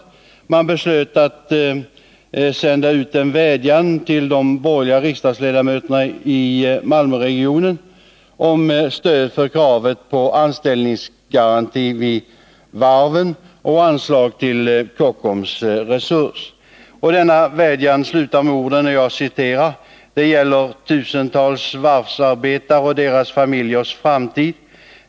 Man beslöt att sända ut en vädjan till de borgerliga riksdagsledamöterna i Malmöregionen om stöd för kravet på anställningsgaranti vid varven och anslag till Kockum Resurs. Denna vädjan slutar med orden: ”Det gäller tusentals varvsarbetare och deras familjers framtid.